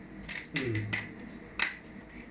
mm